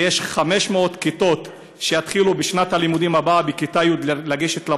שיש 500 כיתות שיתחילו בשנת הלימודים הבאה בכיתה י' לגשת לבגרות,